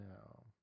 No